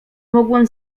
mogłem